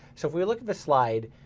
so if we look at this slide,